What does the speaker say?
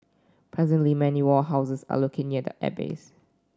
presently many warehouses are located near the airbase